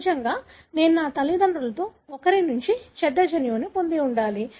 సహజంగానే నేను నా తల్లిదండ్రులలో ఒకరి నుండి చెడ్డ జన్యువును పొందివుండాలి